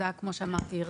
כמו שאמרתי,